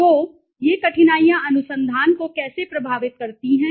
तो ये कठिनाइयाँ अनुसंधान को कैसे प्रभावित करती हैं